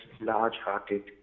large-hearted